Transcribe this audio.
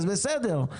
בסדר,